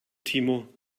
timo